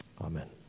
Amen